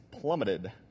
plummeted